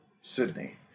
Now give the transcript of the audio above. Sydney